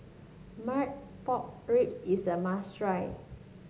Marmite Pork Ribs is a must try